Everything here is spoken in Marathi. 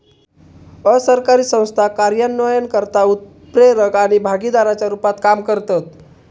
असरकारी संस्था कार्यान्वयनकर्ता, उत्प्रेरक आणि भागीदाराच्या रुपात काम करतत